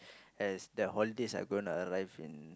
as their holidays are gonna arrive in